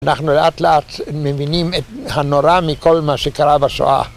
אנחנו לאט לאט מבינים את הנורא מכל מה שקרה בשואה